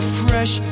fresh